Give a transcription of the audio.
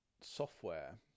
software